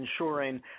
ensuring